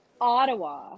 Ottawa